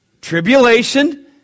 tribulation